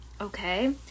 okay